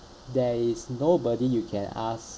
there is nobody you can ask